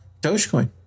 Dogecoin